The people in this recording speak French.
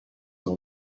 dans